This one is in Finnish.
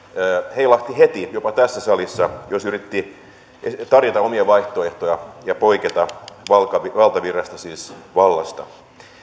heilahti heti jopa tässä salissa jos yritti tarjota omia vaihtoehtoja ja poiketa valtavirrasta siis vallasta